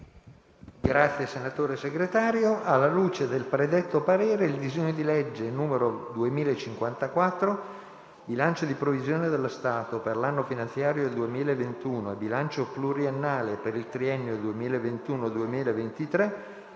apre una nuova finestra"). Alla luce del predetto parere, il disegno di legge n. 2054 (bilancio di previsione dello Stato per l'anno finanziario 2021 e bilancio pluriennale per il triennio 2021-2023)